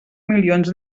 milions